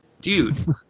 Dude